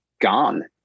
gone